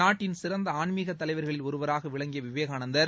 நாட்டின் சிறந்த ஆன்மீகத் தலைவர்களில் ஒருவராக விளங்கிய விவேகானந்தர்